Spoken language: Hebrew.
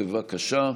בבקשה.